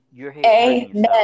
Amen